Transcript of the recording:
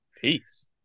Peace